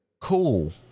Cool